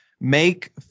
Make